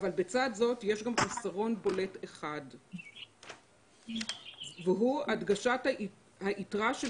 אבל בצד זאת יש גם חיסרון בולט אחד והוא הדגשה יתרה של